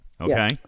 Okay